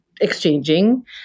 exchanging